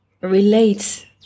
relates